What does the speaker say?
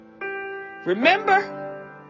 Remember